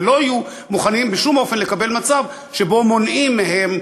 ולא יהיו מוכנים בשום אופן לקבל מצב שבו מונעים מהם